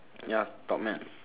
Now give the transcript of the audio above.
ya topman